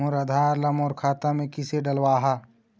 मोर आधार ला मोर खाता मे किसे डलवाहा?